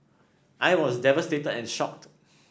I was devastated and shocked